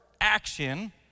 action